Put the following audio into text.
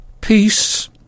peace